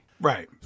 Right